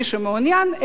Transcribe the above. למי שמעוניין,